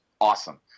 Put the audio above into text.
awesome